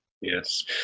Yes